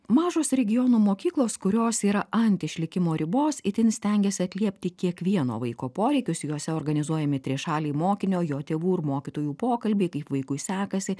mažos regiono mokyklos kurios yra ant išlikimo ribos itin stengiasi atliepti kiekvieno vaiko poreikius juose organizuojami trišaliai mokinio jo tėvų ir mokytojų pokalbiai kaip vaikui sekasi